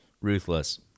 Ruthless